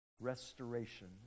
restoration